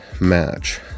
match